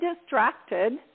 distracted